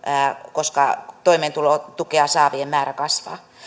koska toimeentulotukea saavien määrä kasvaa